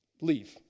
leave